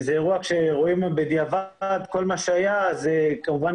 כשרואים בדיעבד את כל מה שהיה כמובן